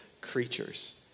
creatures